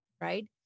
right